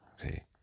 Okay